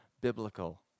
biblical